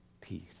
peace